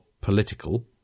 political